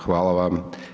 Hvala vam.